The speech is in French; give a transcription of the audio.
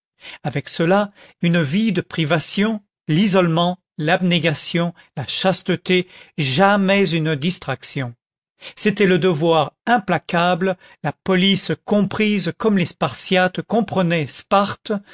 avec cela une vie de privations l'isolement l'abnégation la chasteté jamais une distraction c'était le devoir implacable la police comprise comme les spartiates comprenaient sparte